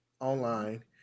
online